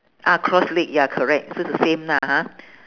ah cross leg ya correct so it's the same lah ha